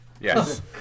Yes